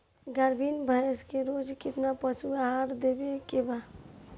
गाभीन भैंस के रोज कितना पशु आहार देवे के बा?